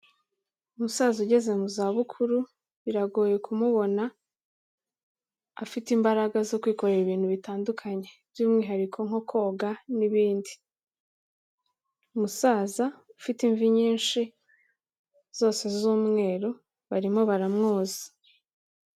Umusaza ugeze mu zabukuru biragoye kumubona afite imbaraga zo kwikorera ibintutandukanye by'umwihariko nko koga n'ibindi. Umusaza ufite imvi nyinshi zose z'umweru barimo baramwoza.